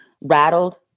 rattled